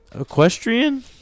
equestrian